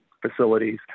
facilities